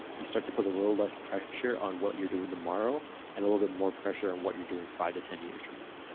you start to put a little less pressure on what you're doing tomorrow and a little bit more pressure on what you're doing five to ten years from now.